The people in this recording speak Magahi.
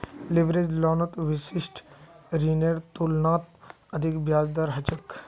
लीवरेज लोनत विशिष्ट ऋनेर तुलनात अधिक ब्याज दर ह छेक